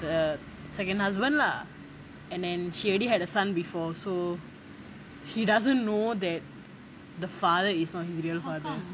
the second husband lah and then she already had a son before so he doesn't know that the father is not his real father